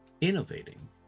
innovating